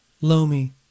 Lomi